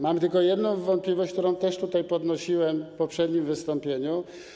Mam tylko jedną wątpliwość, którą podnosiłem w poprzednim wystąpieniu.